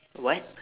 a what